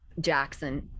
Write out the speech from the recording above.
Jackson